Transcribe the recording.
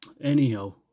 Anyhow